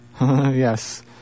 Yes